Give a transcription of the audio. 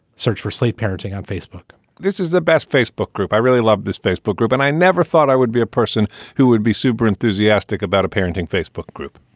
search for sleep parenting on facebook this is the best facebook group. i really love this facebook group. and i never thought i would be a person who would be super enthusiastic about a parenting facebook group.